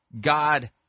God